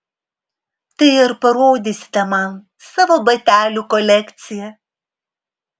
tai ar parodysite man savo batelių kolekciją